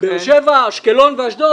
באר שבע, אשקלון ואשדוד.